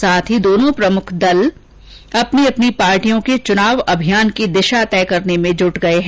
साथ ही दोनों प्रमुख दल अपनी अपनी पार्टियों के चुनाव अभियान की दिशा तय करने में जुट गए हैं